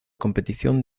competición